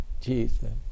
Jesus